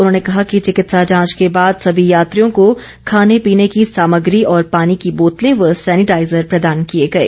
उन्होंने कहा कि चिकित्सीय जांच के बाद सभी यात्रियों को खाने पीने की सामग्री और पानी की बोतलें व सेनिटाईजर प्रदान किए गए